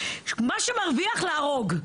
מה שמרוויח להרוג.